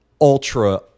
ultra